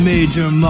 Major